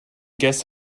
guess